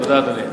תודה, אדוני.